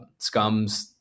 scums